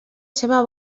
seva